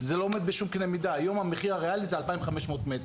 רואים בארגונים שותפים למילוי חובתנו כמשרד הבריאות,